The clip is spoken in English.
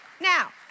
Now